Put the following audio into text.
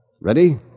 Ready